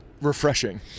refreshing